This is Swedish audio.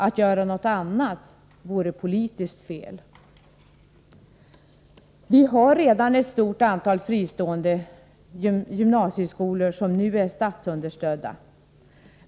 Att göra något annat vore politiskt fel. Vi har redan ett stort antal fristående gymnasieskolor som nu är statsunderstödda.